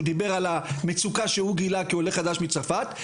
הוא דיבר על המצוקה שהוא גילה כעולה חדש מצרפת.